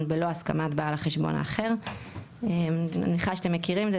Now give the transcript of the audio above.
בלא הסכמת בעל החשבון האחר;"; אני מניחה שאתם מכירים את זה.